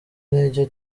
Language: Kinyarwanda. intege